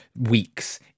weeks